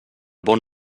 bon